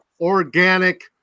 organic